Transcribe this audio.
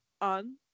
on